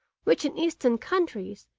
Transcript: which, in eastern countries,